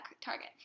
Target